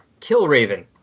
Killraven